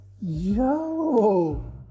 Yo